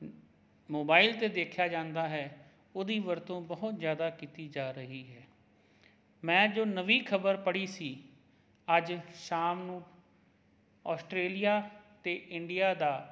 mobile 'ਤੇ ਦੇਖਿਆ ਜਾਂਦਾ ਹੈ ਉਹਦੀ ਵਰਤੋਂ ਬਹੁਤ ਜ਼ਿਆਦਾ ਕੀਤੀ ਜਾ ਰਹੀ ਹੈ ਮੈਂ ਜੋ ਨਵੀਂ ਖਬਰ ਪੜ੍ਹੀ ਸੀ ਅੱਜ ਸ਼ਾਮ ਨੂੰ ਆਸਟਰੇਲੀਆ ਅਤੇ ਇੰਡੀਆ ਦਾ